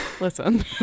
Listen